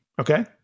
Okay